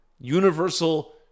Universal